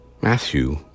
Matthew